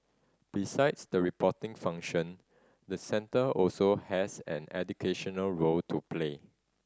besides the reporting function the centre also has an educational role to play